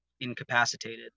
incapacitated